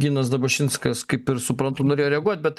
ginas dabašinskas kaip ir suprantu norėjo reaguot bet